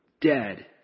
Dead